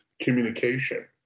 communication